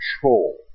control